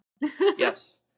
yes